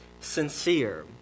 sincere